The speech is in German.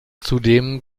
zudem